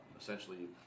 essentially